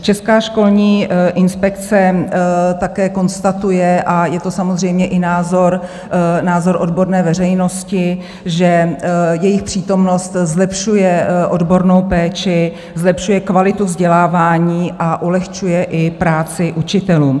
Česká školní inspekce také konstatuje, a je to samozřejmě i názor odborné veřejnosti, že jejich přítomnost zlepšuje odbornou péči, zlepšuje kvalitu vzdělávání a ulehčuje i práci učitelům.